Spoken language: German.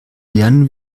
lernen